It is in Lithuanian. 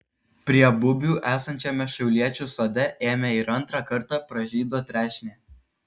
prie bubių esančiame šiauliečių sode ėmė ir antrą kartą pražydo trešnė